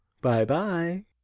Bye-bye